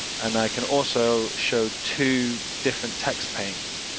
and i can also show two different text panes.